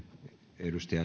arvoisa